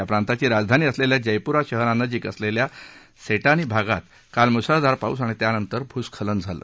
या प्रांताची राजधानी असलेल्या जयप्रा शहरानजिक असलेल्या सेटांनी भागात काल म्सळधार पाऊस आणि त्यानंतर भूस्खलन झालं